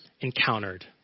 encountered